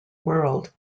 world